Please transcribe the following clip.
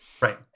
Right